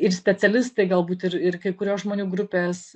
ir specialistai galbūt ir ir kai kurios žmonių grupės